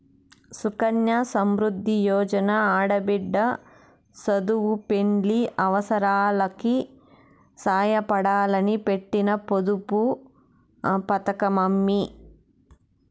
సుకన్య సమృద్ది యోజన ఆడబిడ్డ సదువు, పెండ్లి అవసారాలకి సాయపడాలని పెట్టిన పొదుపు పతకమమ్మీ